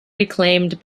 reclaimed